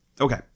Okay